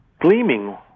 gleaming